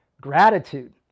gratitude